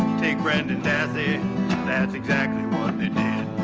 take brendan dassey that's exactly what they did.